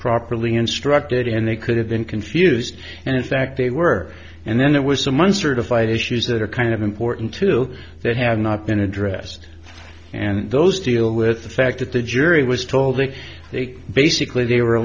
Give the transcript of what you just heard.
properly instructed and they could have been confused and in fact they were and then it was some months or to fight issues that are kind of important to that have not been addressed and those deal with the fact that the jury was told and they basically they were